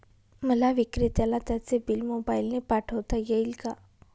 मला विक्रेत्याला त्याचे बिल मोबाईलने पाठवता येईल का?